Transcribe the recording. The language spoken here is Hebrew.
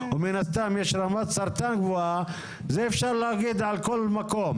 בינתיים יש רמת סרטן גבוהה זה אפשר להגיד על כל מקום,